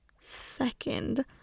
second